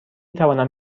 توانم